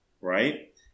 right